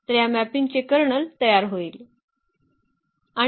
तर या मॅपिंगचे कर्नल तयार होईल